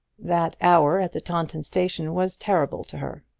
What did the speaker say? that hour at the taunton station was terrible to her.